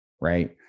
Right